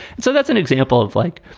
so that's an example of like.